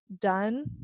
done